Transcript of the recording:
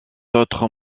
autres